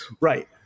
Right